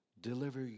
deliver